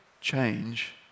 change